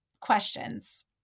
questions